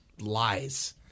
lies